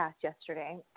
yesterday